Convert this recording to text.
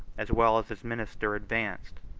as well as his minister, advanced,